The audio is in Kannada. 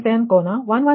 23 ಕೋನ ಮೈನಸ್ 67